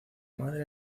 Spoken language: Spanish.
madre